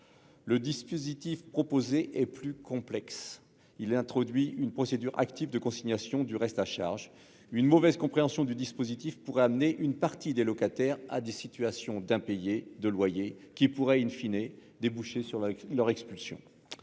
Le dispositif proposé est plus complexe. Il introduit une procédure active de consignation du reste à charge. Une mauvaise compréhension du dispositif pourrait conduire une partie des locataires vers des situations d'impayés de loyer, qui pourraient déboucher sur leur expulsion.